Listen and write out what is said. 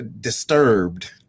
disturbed